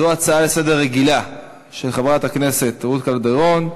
מס' 3682. זו הצעה לסדר-יום רגילה של חברת הכנסת רות קלדרון,